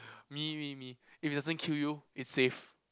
me me me if it doesn't kill you it's safe